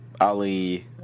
Ali